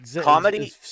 comedy